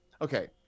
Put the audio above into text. okay